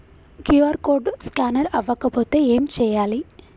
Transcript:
QR code scanner అవ్వకపోతే ఏం చేయాలి?